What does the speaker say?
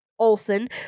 Olson